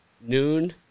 noon